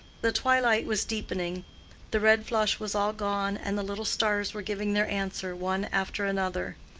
the twilight was deepening the red flush was all gone and the little stars were giving their answer one after another.